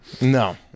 No